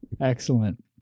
Excellent